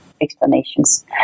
Explanations